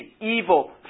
evil